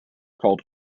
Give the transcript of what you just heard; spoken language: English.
called